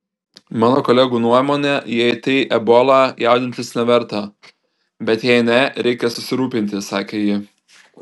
mano kolegų nuomone jei tai ebola jaudintis neverta bet jei ne reikia susirūpinti sakė ji